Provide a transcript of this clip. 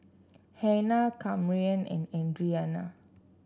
Hanna Camryn and Adriana